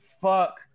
fuck